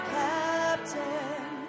captain